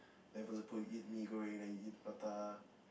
like for example you eat mee-goreng then you eat prata